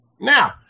Now